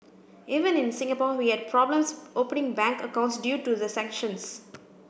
even in Singapore we had problems opening bank accounts due to the sanctions